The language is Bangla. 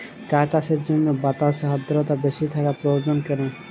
চা চাষের জন্য বাতাসে আর্দ্রতা বেশি থাকা প্রয়োজন কেন?